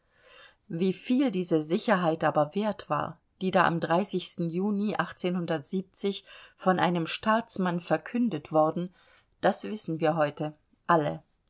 wie viel diese sicherheit aber wert war die da am juni von einem staatsmann verkündet worden das wissen wir heute alle